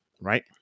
right